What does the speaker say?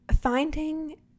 finding